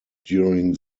during